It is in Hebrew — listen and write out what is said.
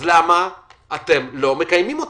למה אתם לא מקיימים אותה?